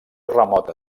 remota